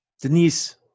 Denise